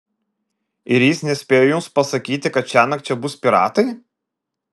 ir jis nespėjo jums pasakyti kad šiąnakt čia bus piratai